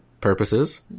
purposes